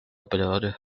operadores